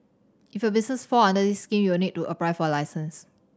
if your business fall under this scheme you'll need to apply for a license